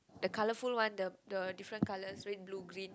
the colourful one the the different colours red blue green